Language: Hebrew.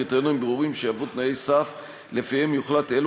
קריטריונים ברורים שיהוו תנאי סף ולפיהם יוחלט אילו